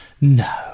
No